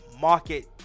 market